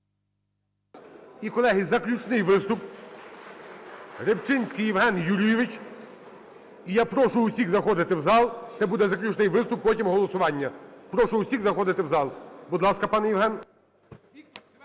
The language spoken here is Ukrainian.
І, колеги, заключний виступ - Рибчинський Євген Юрійович. І я прошу усіх заходити в зал. Це буде заключний виступ, потім - голосування. Прошу усіх заходити в зал. Будь ласка, пане Євген.